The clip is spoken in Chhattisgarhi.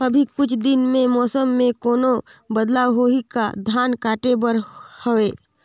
अभी कुछ दिन मे मौसम मे कोनो बदलाव होही का? धान काटे बर हवय?